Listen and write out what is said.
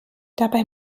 dabei